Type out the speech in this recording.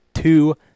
Two